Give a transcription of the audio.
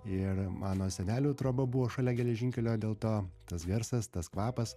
ir mano senelių troba buvo šalia geležinkelio dėl to tas garsas tas kvapas